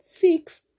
six